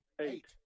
Eight